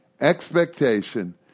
expectation